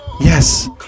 Yes